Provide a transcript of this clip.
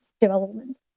development